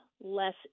less